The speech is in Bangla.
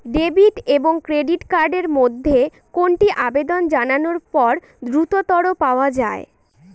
ডেবিট এবং ক্রেডিট কার্ড এর মধ্যে কোনটি আবেদন জানানোর পর দ্রুততর পাওয়া য়ায়?